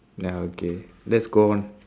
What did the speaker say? ya okay let's go on